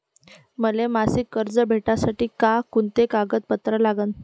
मले मासिक कर्ज भेटासाठी का कुंते कागदपत्र लागन?